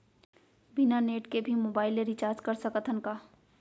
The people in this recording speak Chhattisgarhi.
बिना नेट के भी मोबाइल ले रिचार्ज कर सकत हन का?